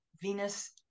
venus